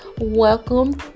welcome